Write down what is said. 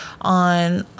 on